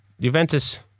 Juventus